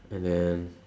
and then